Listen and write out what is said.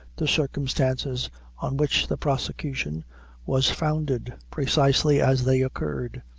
the circumstances on which the prosecution was founded, precisely as they occurred.